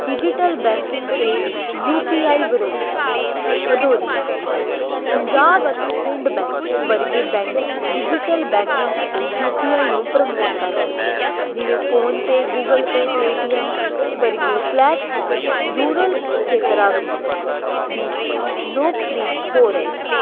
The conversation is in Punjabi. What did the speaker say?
ਡਿਜੀਟਲ ਬੈਕਿੰਗ ਅਤੇ ਯੂ ਪੀ ਆਈ ਵਿਰੋਧ ਵਧੋਰੀ ਪੰਜਾਬ ਅਤੇ ਸਿੰਡ ਬੈਂਕ ਵਰਗੇ ਬੈਂਕ ਡਿਜੀਟਲ ਬੈਂਕਿੰਗ ਅਤੇ ਯੂ ਪੀ ਆਈ ਨੂੰ ਪ੍ਰਮੋਟ ਕਰ ਰਹੇ ਹਨ ਜਿਵੇਂ ਫੋਨਪੇ ਗੂਗਲ ਪੇ ਪੇਟੀਐਮ ਵਰਗੇ ਪਲੈਟਫਾਰਮ ਰੂਰਲ ਖੇਤਰਾਂ ਵਿੱਚ ਵੀ ਲੋਕ ਪਰੀਜ ਹੋ ਰਹੇ ਹਨ